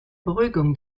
beruhigung